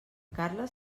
carles